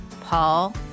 Paul